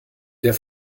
der